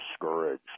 discouraged